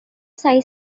চাই